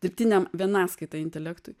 dirbtiniam vienaskaita intelektui